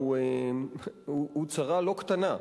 הוא צרה לא קטנה,